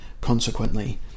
consequently